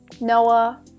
Noah